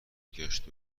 گشت